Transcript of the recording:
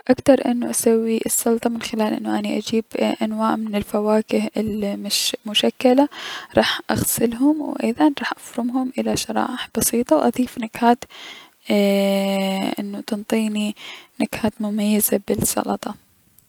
اكدر انو اسوي السلطة من خلال انو اجيب انواع من الفواكه المش- مشكلة، راح اغسلهم و ايضا راح افرمهم الى شرائح بسيطة و اضيف نكهات ايي- انو تنطيني نكهات مميزة بالسلطة.